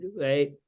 right